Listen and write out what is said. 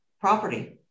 property